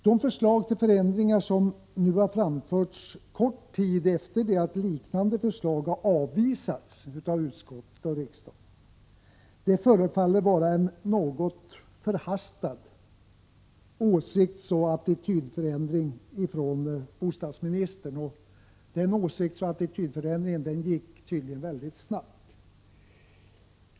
De förslag till förändringar som nu har framförts, kort tid efter det att liknande förslag har avvisats av utskottet och riksdagen, förefaller innebära en något förhastad åsiktsoch attitydförändring hos bostadsministern. Den åsiktsoch attitydförändringen gick tydligen mycket snabbt.